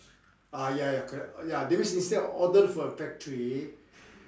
ah ya ya correct ya that means instead of order from a factory